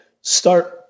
start